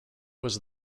was